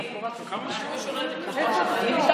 רק